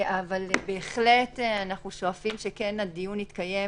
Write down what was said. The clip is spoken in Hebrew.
אבל אנחנו שואפים שהדיון יתקיים